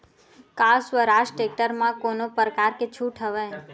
का स्वराज टेक्टर म कोनो प्रकार के छूट हवय?